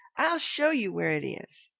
i'll show you where it is.